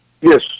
Yes